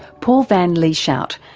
paul van lieshout,